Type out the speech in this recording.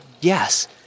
yes